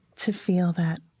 to feel that